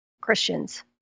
christians